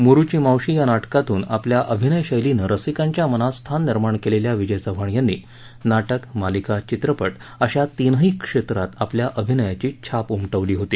मोरुची मावशी या नाटकातून आपल्या अभिनय शैलीनं रसिकांच्या मनात स्थान निर्माण केलेल्या विजय चव्हाण यांनी नाटक मालिका चित्रपट अशा तीनही क्षेत्रात आपल्या अभिनयाची छाप उमटवली होती